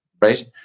right